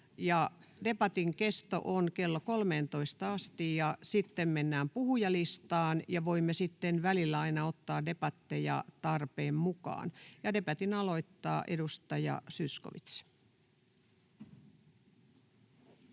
Debatin kesto on kello 13:een asti, ja sitten mennään puhujalistaan, ja voimme sitten välillä aina ottaa debatteja tarpeen mukaan. — Debatin aloittaa edustaja Zyskowicz.